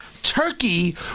Turkey